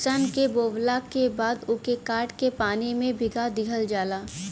सन के बोवला के बाद ओके काट के पानी में भीगा दिहल जाला